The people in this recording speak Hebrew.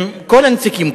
עם כל הנציגים,